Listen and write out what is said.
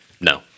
No